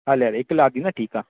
हले हले हिकु लाकी न ठीकु आहे